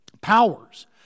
powers